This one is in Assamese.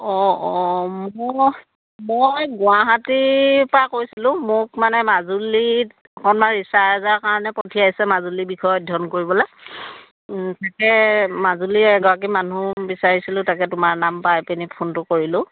অ' অ' ম মই গুৱাহাটীৰ পা কৈছিলোঁ মোক মানে মাজুলিত অকণমান ৰিছাৰ্চ এটাৰ কাৰণে পঠিয়াইছে মাজুলি বিষয়ে অধ্যয়ন কৰিবলে তাকে মাজুলি এগৰাকী মানুহ বিচাৰিছিলোঁ তাকে তোমা নাম পাইপেনে ফোনটো কৰিলোঁ